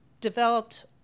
developed